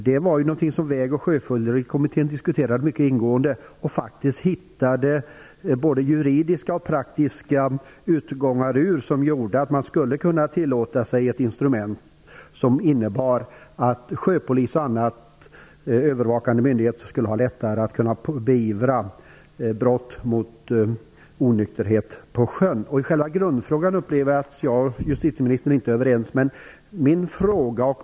Detta diskuterades mycket ingående av Väg och sjöfyllerikommittén, och den hittade faktiskt både juridiska och praktiska utvägar för att tillåta ett instrument som skulle innebära att sjöpolis och andra övervakande myndigheter lättare skulle kunna beivra onykterhetsbrott på sjön. Jag upplever att justitieministern och jag i själva grundfrågan inte är överens.